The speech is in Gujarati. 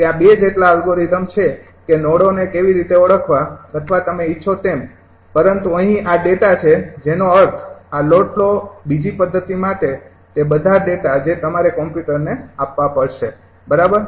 ત્યાં ૨ જેટલા એલ્ગૉરિઘમ છે કે નોડોને કેવી રીતે કેવી રીતે ઓળખવા અથવા તમે ઇચ્છો તેમ પરંતુ અહીં આ ડેટા છે જેનો અર્થ આ લોડ ફ્લો બીજી પદ્ધતિ માટે તે બધા ડેટા જે તમારે કમ્પ્યુટરમાં આપવા પડશે બરાબર